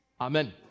Amen